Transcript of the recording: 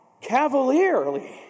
cavalierly